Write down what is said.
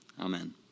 Amen